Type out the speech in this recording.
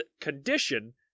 condition